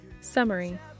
Summary